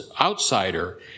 outsider